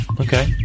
Okay